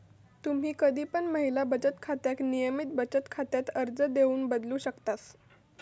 तुम्ही कधी पण महिला बचत खात्याक नियमित बचत खात्यात अर्ज देऊन बदलू शकतास